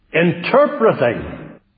interpreting